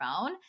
phone